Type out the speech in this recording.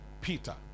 Peter